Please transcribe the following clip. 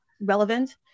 relevant